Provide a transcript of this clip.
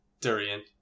Durian